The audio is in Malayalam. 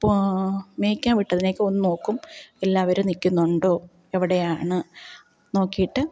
മേയ്ക്കാൻ വിട്ടതിനെയൊക്കെ ഒന്ന് നോക്കും എല്ലാവരും നില്ക്കുന്നുണ്ടോ എവിടെയാണ് നോക്കിയിട്ട്